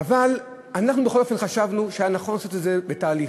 אבל אנחנו בכל אופן חשבנו שהיה נכון לעשות את זה בתהליך,